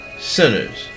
sinners